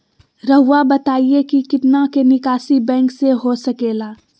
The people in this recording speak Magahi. रहुआ बताइं कि कितना के निकासी बैंक से हो सके ला?